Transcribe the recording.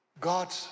God